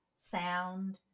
sound